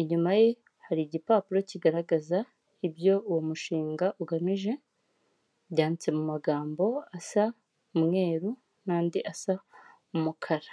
inyuma ye hari igipapuro kigaragaza ibyo uwo mushinga ugamije, byanditse mu magambo asa umweru n'andi asa umukara.